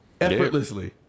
effortlessly